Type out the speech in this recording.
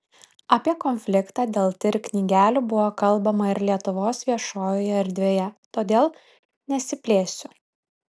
apie konfliktą dėl tir knygelių buvo kalbama ir lietuvos viešojoje erdvėje todėl nesiplėsiu